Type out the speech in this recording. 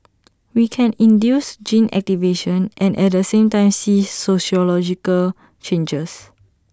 we can induce gene activation and at the same time see social changes